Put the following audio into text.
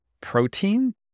protein